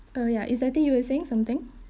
uh yeah it's I think you were saying something